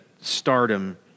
stardom